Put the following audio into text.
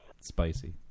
spicy